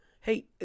Hey